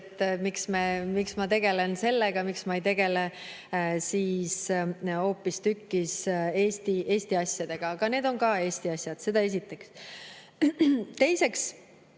et miks ma tegelen sellega, miks ma ei tegele hoopistükkis Eesti asjadega. Aga need on ka Eesti asjad. Seda esiteks. Teiseks,